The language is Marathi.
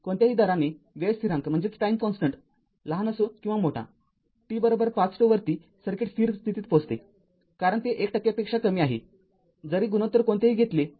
कोणत्याही दराने वेळ स्थिरांक लहान असो किंवा मोठा t ५ζ वरती सर्किट स्थिर स्थितीत पोहचते कारण ते १ टक्क्यापेक्षा कमी आहे जरी गुणोत्तर कोणतेही घेतले आहे